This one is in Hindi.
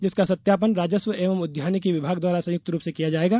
जिसका सत्यापन राजस्व एवं उद्यानिकी विभाग द्वारा संयुक्त रूप से किया जाएगा